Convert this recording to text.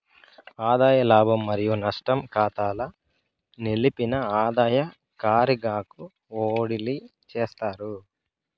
ఆదాయ లాభం మరియు నష్టం కాతాల నిలిపిన ఆదాయ కారిగాకు ఓడిలీ చేస్తారు